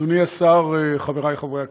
אדוני השר, חברי חברי הכנסת,